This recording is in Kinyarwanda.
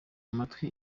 amatwi